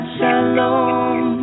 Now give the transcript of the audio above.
Shalom